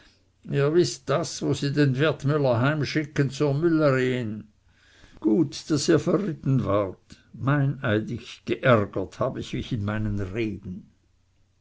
ihr wißt das wo sie den wertmüller heimschicken zur müllerin gut daß ihr verritten wart meineidig geärgert hab ich mich in meinen reben